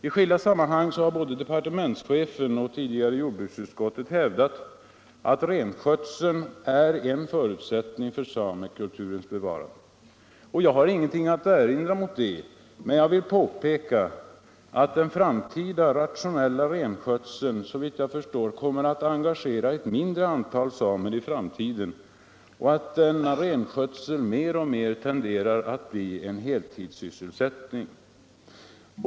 I skilda sammanhang har både departementschefen och jordbruksutskottet hävdat att renskötseln är en förutsättning för samekulturens bevarande. Jag har inget att erinra mot detta, men jag vill påpeka att den framtida rationella renskötseln, såvitt jag förstår, kommer att engagera ett mindre antal samer och att denna renskötsel mer och mer tenderar att bli en heltidssysselsättning.